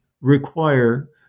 require